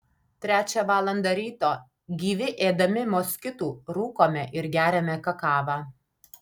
trečią valandą ryto gyvi ėdami moskitų rūkome ir geriame kakavą